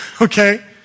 okay